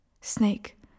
Snake